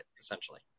essentially